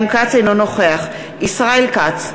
אינו נוכח ישראל כץ,